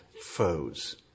foes